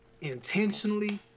intentionally